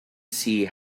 see